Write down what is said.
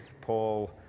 Paul